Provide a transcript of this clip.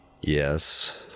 Yes